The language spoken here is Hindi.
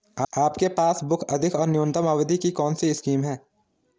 आपके पासबुक अधिक और न्यूनतम अवधि की कौनसी स्कीम है?